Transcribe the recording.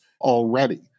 already